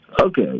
Okay